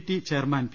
T chairman P